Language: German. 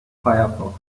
firefox